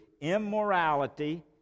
immorality